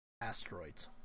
Asteroids